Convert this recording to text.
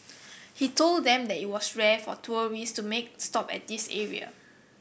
he told them that it was rare for tourist to make a stop at this area